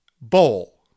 Bowl